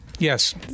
Yes